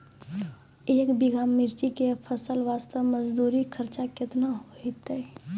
एक बीघा मिर्ची के फसल वास्ते मजदूरी खर्चा केतना होइते?